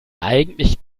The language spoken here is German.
eigentlich